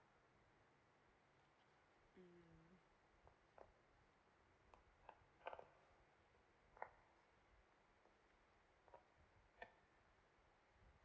mm